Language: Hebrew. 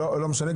לא משנים.